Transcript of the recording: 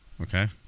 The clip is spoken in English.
Okay